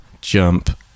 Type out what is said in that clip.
jump